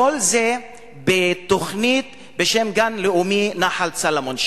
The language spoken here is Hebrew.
כל זה בתוכנית בשם "גן לאומי נחל צלמון".